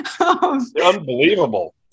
Unbelievable